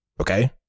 Okay